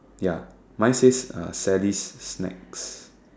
ya mine says uh Sally's snacks